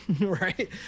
right